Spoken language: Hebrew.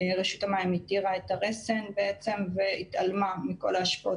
רשות המים התירה את הרסן והתעלמה מכל ההשפעות